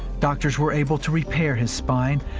doctors were able to repair his spine,